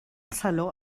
saló